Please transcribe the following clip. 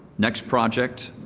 next project,